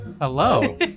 Hello